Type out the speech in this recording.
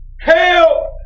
hell